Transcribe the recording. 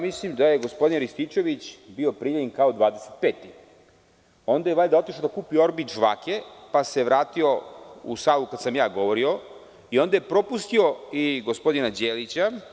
Mislim da je gospodin Rističević bio prijavljen kao 25, onda je valjda otišao da kupi „Orbit“ žvake, pa se vratio u salu kada sam ja govorio, onda je propustio i gospodina Đelića.